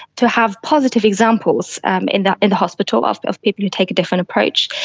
to have positive examples in the in the hospital of of people who take a different approach.